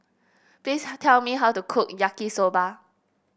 please tell me how to cook Yaki Soba